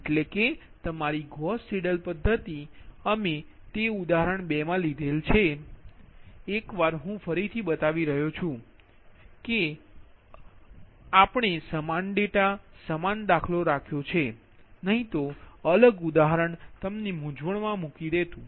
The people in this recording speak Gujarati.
એટલે કે તમારી ગૌસ સીડેલ પદ્ધતિ અમે તે ઉદાહરણ 2 મા લીધેલ છે એકવાર હું ફરીથી બતાવી રહ્યો છું કે અમે સમાન ડેટા સમાન દાખલો રાખ્યો છે નહીં તો અલગ ઉદાહરણ મૂંઝવણ મા મૂકશે